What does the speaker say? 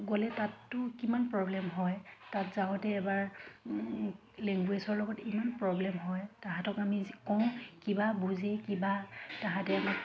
গ'লে তাততো কিমান প্ৰব্লেম হয় তাত যাওঁতে এবাৰ লেংগুৱেজৰ লগত ইমান প্ৰব্লেম হয় সিহঁতক আমি কওঁ কিবা বুজে কিবা সিহঁতে আমাক